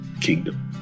kingdom